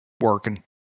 working